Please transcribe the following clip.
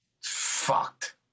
Fucked